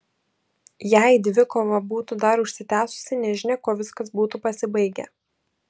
jei dvikova būtų dar užsitęsusi nežinia kuo viskas būtų pasibaigę